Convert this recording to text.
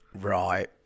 Right